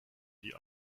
die